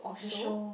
the show